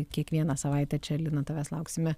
kiekvieną savaitę čia lina tavęs lauksime